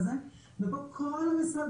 מכירה את זה ואולי אפילו בעבר נהנתה מזה,